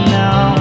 now